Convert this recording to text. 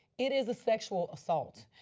it is a sexual assault.